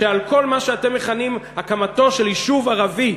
שעל כל מה שאתם מכנים הקמתו של יישוב ערבי,